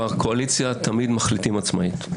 בקואליציה תמיד מחליטים עצמאית.